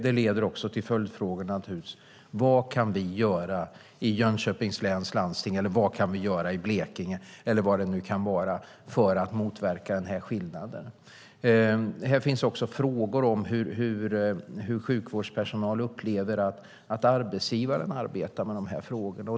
Det leder naturligtvis till följdfrågor: Vad kan vi göra i Jönköpings läns landsting, vad kan vi göra i Blekinge och så vidare för att motverka denna skillnad? Här finns också frågor om hur sjukvårdspersonal upplever att arbetsgivaren arbetar med dessa frågor.